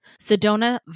Sedona